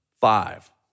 five